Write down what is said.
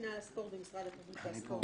אז אפשר לחלק למרות שאין הסכם?